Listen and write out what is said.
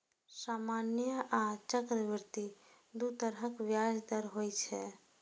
सामान्य आ चक्रवृद्धि दू तरहक ब्याज दर होइ छै